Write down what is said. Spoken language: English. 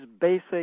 basic